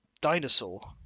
dinosaur